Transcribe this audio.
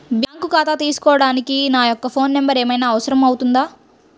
Bank ఖాతా తీసుకోవడానికి నా యొక్క ఫోన్ నెంబర్ ఏమైనా అవసరం అవుతుందా?